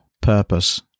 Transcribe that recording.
purpose